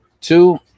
Two